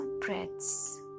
breaths